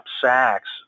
sacks